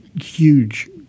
huge